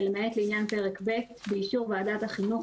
ולמעט לעניין פרק ב' באישור ועדת החינוך,